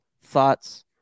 Thoughts